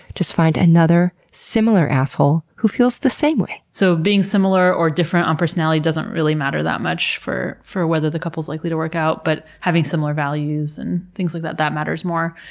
just find another, similar asshole, who feels the same way. so being similar or different on personality doesn't really matter that much for for whether the couple's likely to work out, but having similar values and things like that, that matters more.